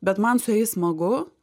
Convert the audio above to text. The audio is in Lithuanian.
bet man su jais smagu